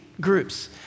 groups